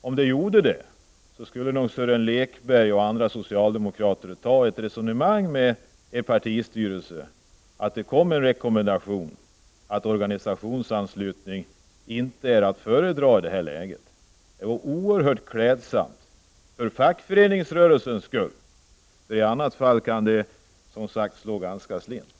Om det gjorde det, skulle nog Sören Lekberg och andra socialdemokrater ta ett resonemang med den socialdemokratiska partistyrelsen, så att det kom en rekommendation om att organisationsanslutning inte är att föredra i det här läget. Det vore oerhört klädsamt för fackföreningsrörelsens skull. I annat fall kan det som sagt slå ganska slint.